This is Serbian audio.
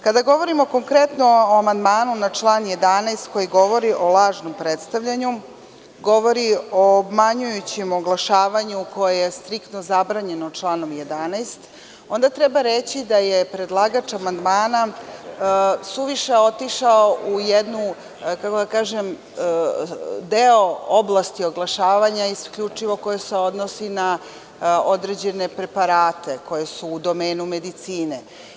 Kada govorimo konkretno o amandmanu na član 11. koji govori o lažnom predstavljanju, govori o obmanjujućem oglašavanju koje je striktno zabranjeno članom 11. onda treba reći da je predlagač amandmana suviše otišao u jednu, kako bih rekla, jedan deo oblasti oglašavanja isključivo koja se odnosi na određene preparate koji su u domenu medicine.